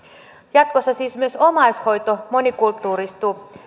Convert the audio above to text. jatkossa siis myös omaishoito monikulttuuristuu